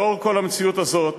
בעקבות המציאות הזאת,